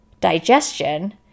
digestion